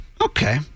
Okay